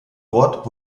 dort